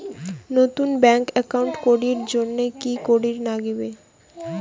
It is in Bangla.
নতুন ব্যাংক একাউন্ট করির জন্যে কি করিব নাগিবে?